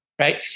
Right